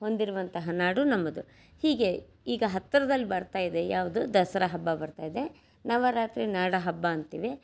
ಹೊಂದಿರುವಂತಹ ನಾಡು ನಮ್ಮದು ಹೀಗೆ ಈಗ ಹತ್ರದಲ್ಲಿ ಬರ್ತಾ ಇದೆ ಯಾವುದು ದಸರಾ ಹಬ್ಬ ಬರ್ತಾ ಇದೆ ನವರಾತ್ರಿ ನಾಡಹಬ್ಬ ಅಂತೀವಿ